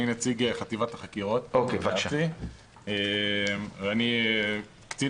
אני נציג חטיבת החקירות הארצי ואני קצין